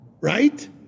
right